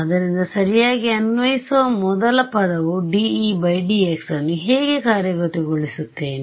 ಆದ್ದರಿಂದ ಸರಿಯಾಗಿ ಅನ್ವಯಿಸುವ ಮೊದಲ ಪದವಾದ dE dx ನ್ನು ಹೇಗೆ ಕಾರ್ಯಗತಗೊಳಿಸುತ್ತೇನೆ